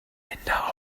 linda